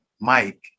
Mike